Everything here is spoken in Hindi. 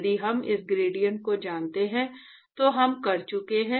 यदि हम इस ग्रेडिएंट को जानते हैं तो हम कर चुके हैं